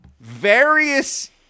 various